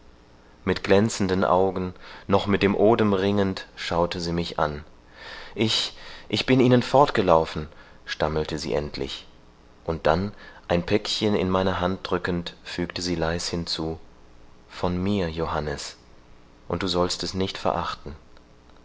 mit glänzenden augen noch mit dem odem ringend schaute sie mich an ich ich bin ihnen fortgelaufen stammelte sie endlich und dann ein päckchen in meine hand drückend fügte sie leis hinzu von mir johannes und du sollst es nicht verachten